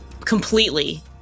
completely